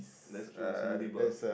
let's took a movie bah